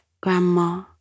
Grandma